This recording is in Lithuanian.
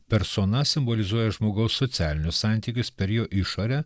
persona simbolizuoja žmogaus socialinius santykius per jo išorę